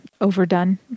Overdone